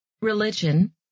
religion